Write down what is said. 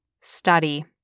study